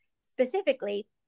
specifically